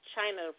China